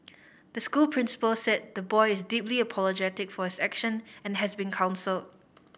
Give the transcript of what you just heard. the school principal said the boy is deeply apologetic for his action and has been counselled